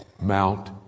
Mount